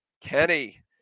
Kenny